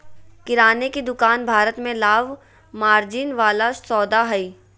किराने की दुकान भारत में लाभ मार्जिन वाला सौदा हइ